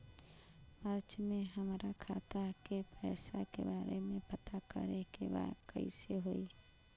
मार्च में हमरा खाता के पैसा के बारे में पता करे के बा कइसे होई?